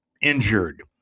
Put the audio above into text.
injured